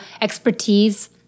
expertise